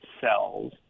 cells